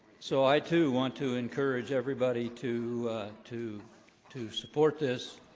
so i too want to encourage everybody to to to support this